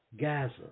Gaza